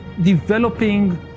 developing